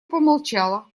помолчала